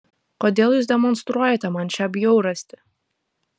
kodėl jūs demonstruojate man šią bjaurastį